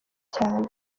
cyane